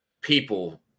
people